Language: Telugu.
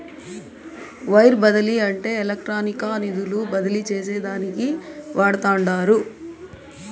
వైర్ బదిలీ అంటే ఎలక్ట్రానిక్గా నిధులు బదిలీ చేసేదానికి వాడతండారు